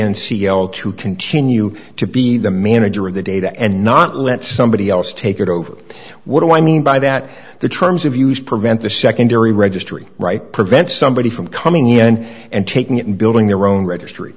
yele to continue to be the manager of the data and not let somebody else take it over what do i mean by that the terms of use prevent the secondary registry right prevent somebody from coming in and taking it and building their own registry